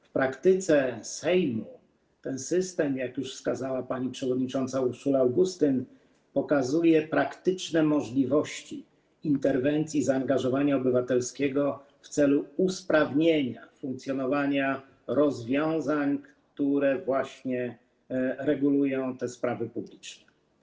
W praktyce Sejmu ten system, jak już wskazała pani przewodnicząca Urszula Augustyn, daje praktyczną możliwość interwencji, zaangażowania obywatelskiego w celu usprawnienia funkcjonowania rozwiązań, które regulują sprawy publiczne.